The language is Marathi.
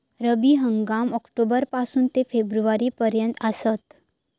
रब्बी हंगाम ऑक्टोबर पासून ते फेब्रुवारी पर्यंत आसात